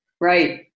Right